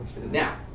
Now